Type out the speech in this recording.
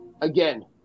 Again